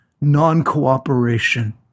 non-cooperation